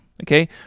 okay